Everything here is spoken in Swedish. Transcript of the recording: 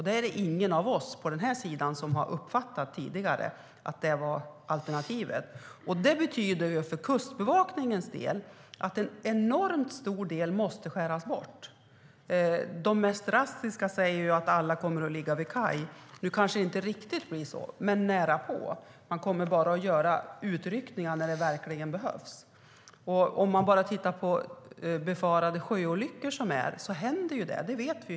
Det är ingen av oss på vår sida som tidigare uppfattat att det var alternativet. Det betyder för Kustbevakningens del att en enormt stor del måste skäras bort. Det mest drastiska är att man säger att alla kommer att ligga vid kaj. Nu kanske det inte blir riktigt så, men närapå. Man kommer bara att göra utryckningar där det verkligen behövs. Sjöolyckor händer hela tiden, det vet vi.